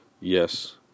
Yes